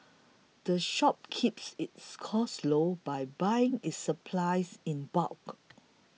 the shop keeps its costs low by buying its supplies in bulk